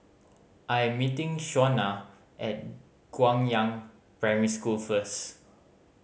I am meeting Shawnna at Guangyang Primary School first